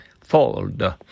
Fold